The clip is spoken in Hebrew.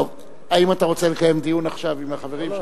האם אתה רוצה לקיים עכשיו דיון עם החברים?